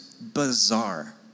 bizarre